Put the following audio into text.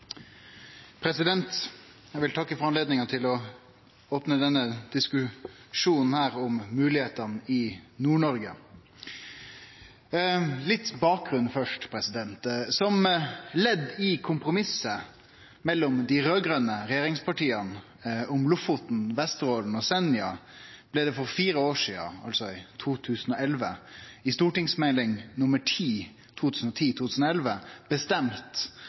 ferdigbehandlet. Eg vil takke for anledninga til å opne denne diskusjonen om moglegheitene i Nord-Noreg. Litt bakgrunn først: Som ledd i kompromisset mellom dei raud-grøne regjeringspartia om Lofoten, Vesterålen og Senja blei det for fire år sidan, altså i 2011, i Meld. St. 10 for 2010–2011 bestemt